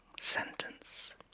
sentence